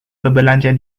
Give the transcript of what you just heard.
berbelanja